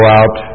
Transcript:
out